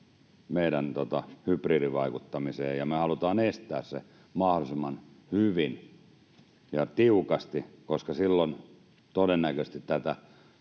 meidän hybridivaikuttamiseen ja me halutaan estää se mahdollisimman hyvin ja tiukasti, koska silloin todennäköisesti tätä